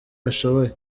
bashoboye